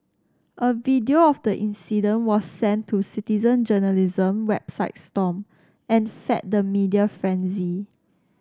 a video of the incident was sent to citizen journalism website stomp and fed the media frenzy